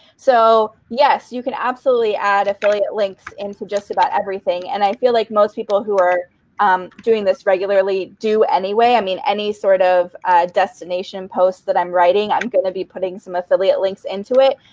so yes, you can absolutely add affiliate links into just about everything. and i feel like most people who are um doing this regularly do anyway. i mean, any sort of destination post that i'm writing, i'm going to be putting some affiliate links into it.